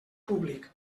públic